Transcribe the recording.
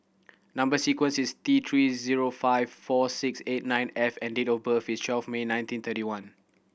number sequence is T Three zero five four six eight nine F and date of birth is twelve May nineteen thirty one